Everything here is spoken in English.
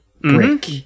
Brick